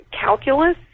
calculus